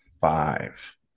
five